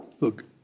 Look